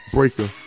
Breaker